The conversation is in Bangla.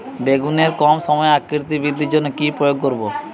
বেগুনের কম সময়ে আকৃতি বৃদ্ধির জন্য কি প্রয়োগ করব?